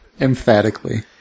Emphatically